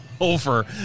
over